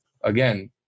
Again